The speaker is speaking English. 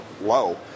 low